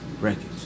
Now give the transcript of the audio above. records